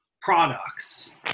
products